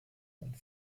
und